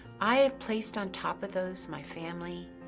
i have placed on top of those, my family,